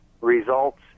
results